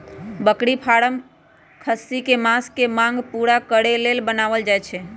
बकरी फारम खस्सी कें मास के मांग पुरा करे लेल बनाएल जाय छै